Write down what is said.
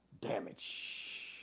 damage